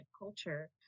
culture